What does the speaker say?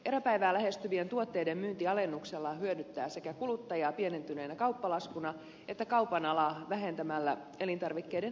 eräpäivää lähestyvien tuotteiden myynti alennuksella hyödyttää sekä kuluttajaa pienentyneenä kauppalaskuna että kaupan alaa vähentämällä elintarvikkeiden hävikkiä